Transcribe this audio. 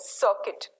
circuit